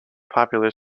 popular